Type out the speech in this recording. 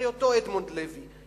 הרי אותו אדמונד לוי,